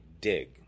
dig